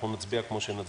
אנחנו נצביע כמו שנצביע.